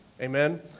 Amen